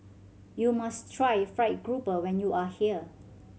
you must try fried grouper when you are here